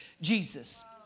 Jesus